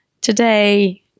Today